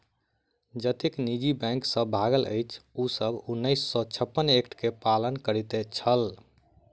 जतेक निजी बैंक सब भागल अछि, ओ सब उन्नैस सौ छप्पन एक्ट के पालन करैत छल